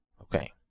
okay